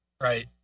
Right